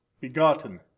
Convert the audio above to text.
begotten